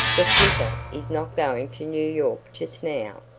the flitter is not going to new york just now,